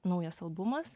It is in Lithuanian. naujas albumas